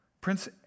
Prince